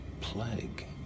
plague